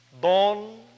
born